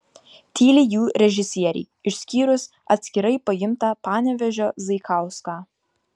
tyli jų režisieriai išskyrus atskirai paimtą panevėžio zaikauską